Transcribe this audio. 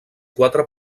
quatre